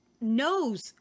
knows